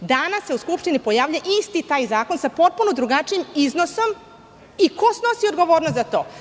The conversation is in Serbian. Danas se u Skupštini pojavljuje isti taj zakon sa potpuno drugačijim iznosom i ko snosi odgovornost za to?